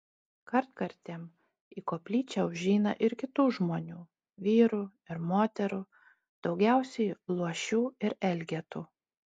kartkartėm į koplyčią užeina ir kitų žmonių vyrų ir moterų daugiausiai luošių ir elgetų